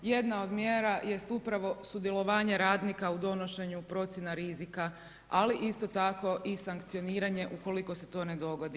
Jedna od mjera jest upravo sudjelovanje radnika u donošenju procjena rizika ali isto tako i sankcioniranje ukoliko se to ne dogodi.